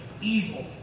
Evil